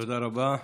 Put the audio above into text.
תודה רבה.